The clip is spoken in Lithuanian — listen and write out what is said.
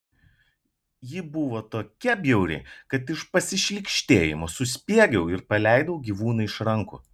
ji buvo tokia bjauri kad iš pasišlykštėjimo suspiegiau ir paleidau gyvūną iš rankų